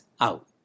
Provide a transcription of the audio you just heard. out